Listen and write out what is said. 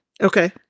Okay